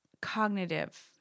cognitive